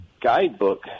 guidebook